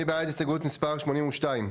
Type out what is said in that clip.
מי בעד הסתייגות 82?